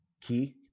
key